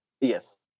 Yes